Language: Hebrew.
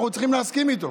אנחנו צריכים להסכים איתו,